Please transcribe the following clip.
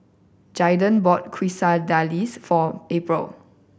Jaeden bought Quesadillas for April